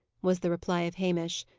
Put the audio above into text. was the reply of hamish.